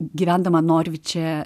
gyvendama noriu čia